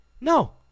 no